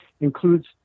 includes